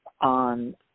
on